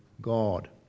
God